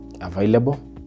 available